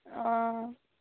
অঁ